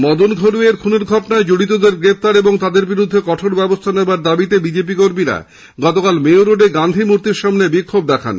মদন ঘড়ইয়ের খুনের ঘটনায় জড়িতদের গ্রেপ্তার ও তাদের বিরুদ্ধে কঠোর ব্যবস্থা নেওয়ার দাবিতে বিজেপি কর্মীরা গতকাল মেয়োরোডে গান্ধীমূর্তির সামনে বিক্ষোভ দেখান